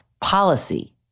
Policy